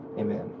Amen